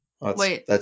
Wait